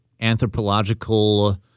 anthropological